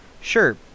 Sure